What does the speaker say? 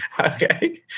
Okay